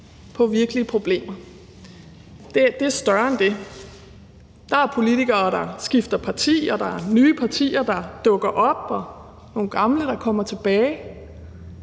på virkelige problemer. Det er større end det. Der er politikere, der skifter parti, der er nye partier, der dukker op, og nogle gamle, der kommer tilbage,